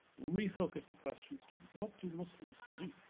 refocuses the questions to what do muslims do?